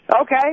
Okay